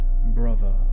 brother